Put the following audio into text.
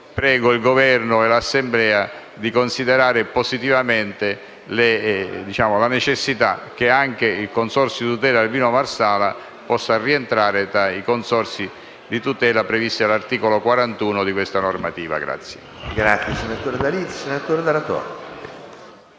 pertanto il Governo e l'Assemblea di considerare positivamente la necessità che anche il consorzio di tutela del vino Marsala possa rientrare tra i consorzi di tutela previsti dall'articolo 41 della normativa.